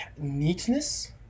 neatness